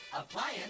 Appliance